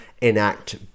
enact